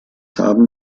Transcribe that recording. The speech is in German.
haben